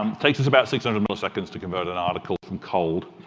um takes us about six hundred milliseconds to convert an article from cold.